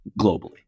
globally